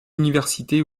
université